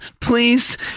please